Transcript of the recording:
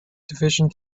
division